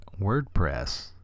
WordPress